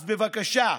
אז בבקשה: